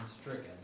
stricken